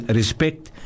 respect